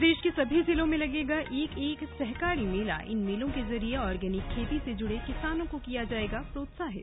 प्रदेश के सभी जिलों में लगेगा एक एक सहकारी मेला इन मेलों के जरिए ऑर्गेनिक खेती से जुड़े किसानों को किया जाएगा प्रोत्साहित